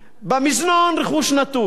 במזנון, רכוש נטוש.